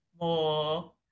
more